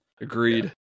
agreed